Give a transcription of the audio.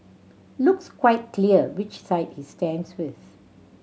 looks quite clear which side he stands with